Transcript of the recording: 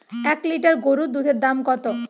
এক লিটার গোরুর দুধের দাম কত?